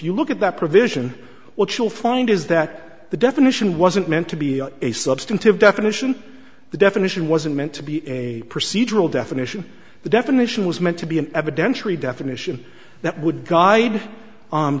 you look at that provision or chill find is that the definition wasn't meant to be a substantive definition the definition wasn't meant to be a procedural definition the definition was meant to be an evidentiary definition that would guide